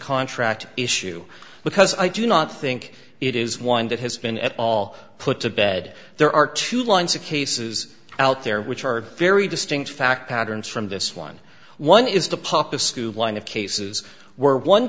contract issue because i do not think it is one that has been at all put to bed there are two lines of cases out there which are very distinct fact patterns from this one one is to pop a sube line of cases where one